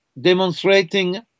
demonstrating